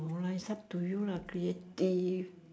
no lah it's up to you lah creative